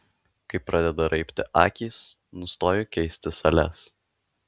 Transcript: kai pradeda raibti akys nustoju keisti sales